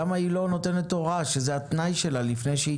למה היא לא נותנת הוראה שזה התנאי שלה לפני שהיא